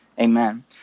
Amen